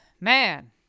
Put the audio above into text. man